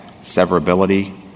severability